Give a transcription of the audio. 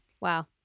Wow